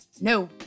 No